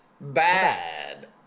Bad